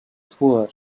poor